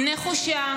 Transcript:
נחושה,